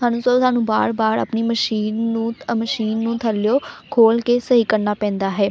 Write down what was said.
ਸਾਨੂੰ ਸੋ ਸਾਨੂੰ ਬਾਰ ਬਾਰ ਆਪਣੀ ਮਸ਼ੀਨ ਨੂੰ ਅ ਮਸ਼ੀਨ ਨੂੰ ਥੱਲਿਓ ਖੋਲ੍ਹ ਕੇ ਸਹੀ ਕਰਨਾ ਪੈਂਦਾ ਹੈ